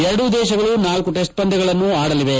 ಎರಡೂ ದೇಶಗಳು ನಾಲ್ಕು ಟೆಸ್ಟ್ ಪಂದ್ವಗಳನ್ನೂ ಆಡಲಿವೆ